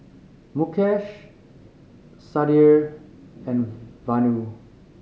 Mukesh Sudhir and Vanu